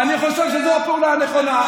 ואני חושב שזאת הפעולה הנכונה.